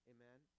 Amen